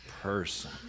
person